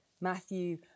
matthew